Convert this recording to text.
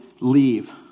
leave